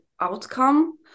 outcome